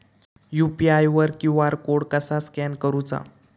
UPI वर QR code कसा scan करूचा?